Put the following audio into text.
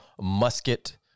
musket